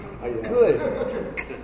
Good